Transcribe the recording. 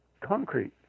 concrete